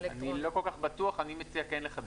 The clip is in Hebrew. אני לא כל כך בטוח, אני מציע כן לחדד.